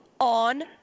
on